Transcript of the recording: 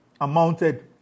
amounted